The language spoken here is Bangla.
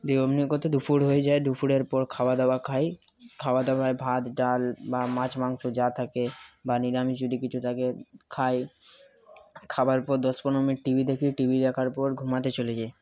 দিয়ে ওমনি করতে দুপুর হয়ে যায় দুপুরের পর খাওয়া দাওয়া খাই খাওয়া দাওয়ায় ভাত ডাল বা মাছ মাংস যা থাকে বা নিরামিষ যদি কিছু থাকে খাই খাবার পর দশ পনেরো মিনিট টিভি দেখি টিভি দেখার পর ঘুমাতে চলে যাই